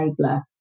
enabler